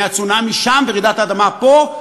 מהצונאמי שם ורעידת האדמה פה,